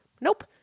Nope